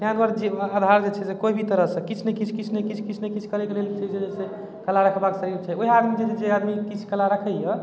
ताहि दुआरे जे आधार जे छै कोइ भी तरहसँ किछु ने किछु किछु ने किछु किछु ने किछु करैके लेल कहै जे छै से कला रखबाके शरीर छै वएह आदमी जिए छै जे आदमी किछु कला रखैए